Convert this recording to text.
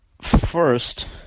first